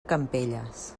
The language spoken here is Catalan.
campelles